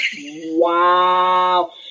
Wow